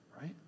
right